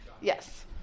Yes